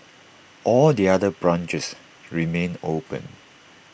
all the other branches remain open